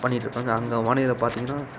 பண்ணிட்டுருக்கோம் அங்கேவானிலை பார்த்திங்கன்னா